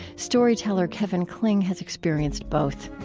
storyteller kevin kling has experienced both.